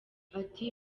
ati